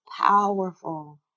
powerful